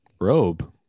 Robe